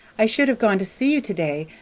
i should have gone to see you to-day.